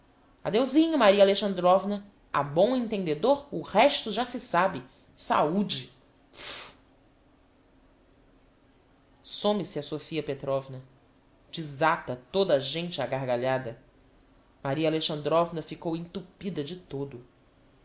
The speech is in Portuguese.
adeuzinho maria alexandrovna a bom intendedor o resto já se sabe saúde pfu u some-se a sofia petrovna desata toda a gente á gargalhada maria alexandrovna ficou entupida de todo